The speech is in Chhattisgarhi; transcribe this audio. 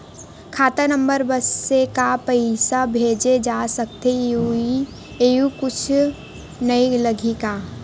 खाता नंबर बस से का पईसा भेजे जा सकथे एयू कुछ नई लगही का?